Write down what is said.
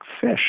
fish